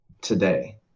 today